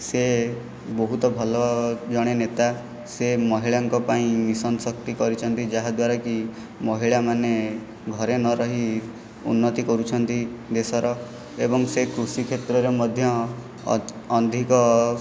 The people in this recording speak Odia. ସିଏ ବହୁତ ଭଲ ଜଣେ ନେତା ସିଏ ମହିଳାଙ୍କ ପାଇଁ ମିଶନଶକ୍ତି କରିଛନ୍ତି ଯାହାଦ୍ୱାରା କି ମହିଳାମାନେ ଘରେ ନରହି ଉନ୍ନତି କରୁଛନ୍ତି ଦେଶର ଏବଂ ସେ କୃଷିକ୍ଷେତ୍ରରେ ମଧ୍ୟ ଅ ଅଧିକ